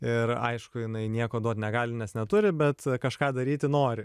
ir aišku jinai nieko duot negali nes neturi bet kažką daryti nori